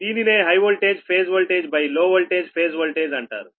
దీనినే high voltage phase voltage by low voltage phase voltage అంటారు